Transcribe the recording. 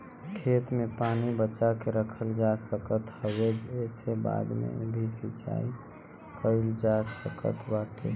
खेत के पानी बचा के रखल जा सकत हवे जेसे बाद में भी सिंचाई कईल जा सकत बाटे